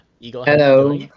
hello